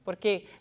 Porque